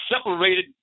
separated